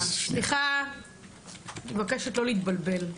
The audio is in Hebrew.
אני מבקשת לא להתבלבל,